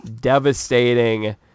devastating